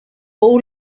all